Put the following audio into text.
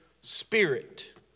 spirit